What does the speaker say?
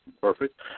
Perfect